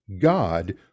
God